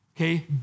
okay